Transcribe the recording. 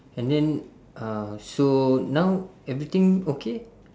and then uh so now everything okay